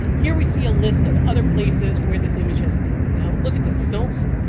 here we see a list of other places where this image has appeared. now look at this snopes.